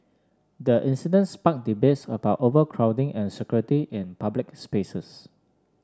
the incident sparked debates about overcrowding and security in public spaces